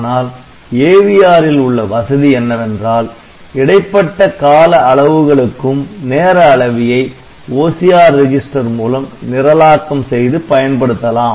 ஆனால் AVR ல் உள்ள வசதி என்னவென்றால் இடைப்பட்ட கால அளவுகளுக்கும் நேர அளவியை OCR ரெஜிஸ்டர் மூலம் நிரலாக்கம் செய்து பயன்படுத்தலாம்